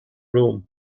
room